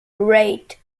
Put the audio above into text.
rate